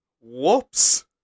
whoops